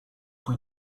fue